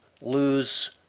lose